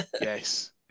Yes